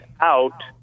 out